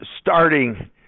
starting